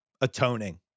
atoning